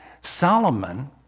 Solomon